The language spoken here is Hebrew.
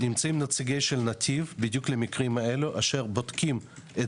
נמצאים נציגי נתיב בדיוק למקרים האלה שבודקים את